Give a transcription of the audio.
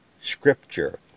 scripture